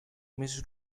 miss